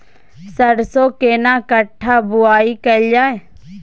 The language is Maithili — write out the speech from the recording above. सरसो केना कट्ठा बुआई कैल जाय?